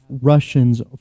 Russians